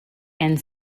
and